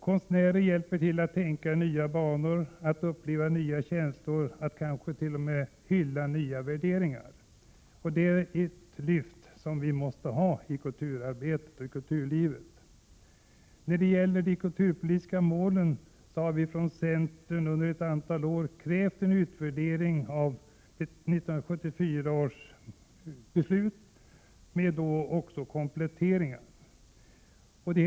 Konstnärerna hjälper oss att tänka inya banor, uppleva nya känslor och kanske hylla nya värderingar. Det är ett lyft som vi måste ha. När det gäller de kulturpolitiska målen har vi i centern under ett antal år krävt en utvärdering beträffande 1974 års beslut och en komplettering av dessa mål.